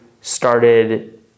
started